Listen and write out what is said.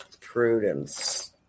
Prudence